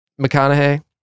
McConaughey